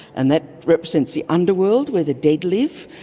and that represents the underworld where the dead live,